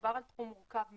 מדובר על תחום מורכב מאוד,